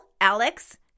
Alex